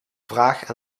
vraag